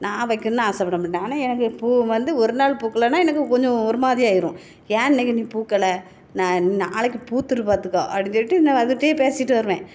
நான் வைக்கணும்னு ஆசைப்படமாட்டேன் ஆனால் எனக்கு பூ வந்து ஒரு நாள் பூக்கலைன்னா எனக்கு கொஞ்சம் ஒரு மாதிரி ஆகிரும் ஏன் இன்னைக்கு நீ பூக்களை நான் நாளைக்கு பூத்துரு பார்த்துக்கோ அப்படின்னு சொல்லிட்டு நான் அதுகிட்டையே பேசிவிட்டு வருவேன்